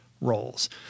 roles